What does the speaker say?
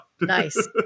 nice